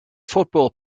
football